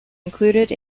included